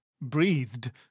breathed